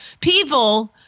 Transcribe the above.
people